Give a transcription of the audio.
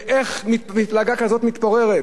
איך מפלגה כזאת מתפוררת?